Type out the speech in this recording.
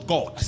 God